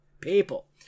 People